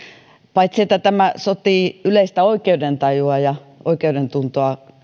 paitsi että tämä sotii yleistä oikeudentajua ja oikeudentuntoa